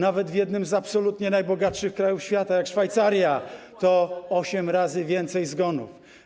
Nawet w jednym z absolutnie najbogatszych krajów świata jak Szwajcaria jest osiem razy więcej zgonów.